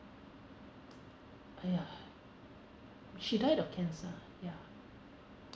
!aiya! she died of cancer ya